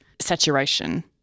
saturation